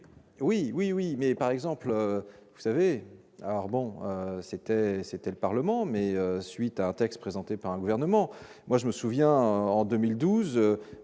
oui, oui, oui, mais par exemple vous savez alors bon c'était, c'était le Parlement mais suite à un texte présenté par un gouvernement. Moi je me souviens en 2012